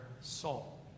soul